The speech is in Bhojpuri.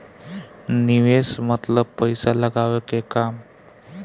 निवेस मतलब पइसा लगावे के काम